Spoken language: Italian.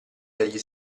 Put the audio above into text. degli